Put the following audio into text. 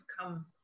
come